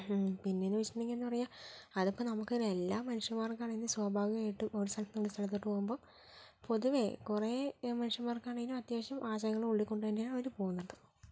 പിന്നെയെന്ന് വെച്ചിട്ടുണ്ടെങ്കിൽ എന്താ പറയുക അതിപ്പോൾ നമുക്കറിയാം എല്ലാ മനുഷ്യന്മാർക്കാണെങ്കിലും സ്വാഭാവികമായിട്ടും ഒരു സ്ഥലത്തു നിന്ന് മറ്റൊരു സ്ഥലത്തു പോകുമ്പം പൊതുവേ കുറേ മനുഷ്യന്മാർക്കാണെങ്കിലും അത്യാവശ്യം ആശങ്കകൾ ഉള്ളിൽക്കൊണ്ടു തന്നെയാണ് അവർ പോകുന്നത്